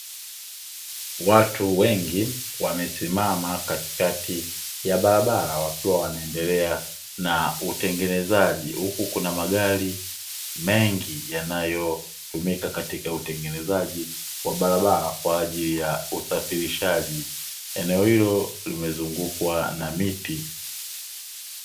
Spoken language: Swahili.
Watu wengi wamesimama katikati ya barabara, wakiwa wanaendelea na utengenezaji huku kuna magari mengi, yanayotumika katika utengenezaji wa barabara kwa ajili ya usafirishaji. Eneo hilo limezungukwa na miti.